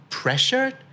pressured